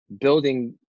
building